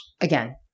Again